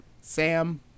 Sam